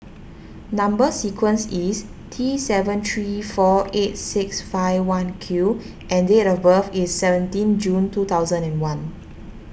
Number Sequence is T seven three four eight six five one Q and date of birth is seventeen June two thousand and one